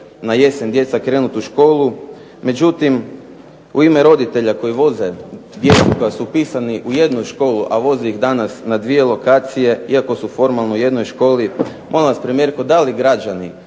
na jesen djeca krenuti u školu. Međutim, u ime roditelja koji voze, djecu koja su upisni u jednu školu, a voze ih danas na dvije lokacije, iako su formalno u jednoj školi, molim vas premijerko da li građani,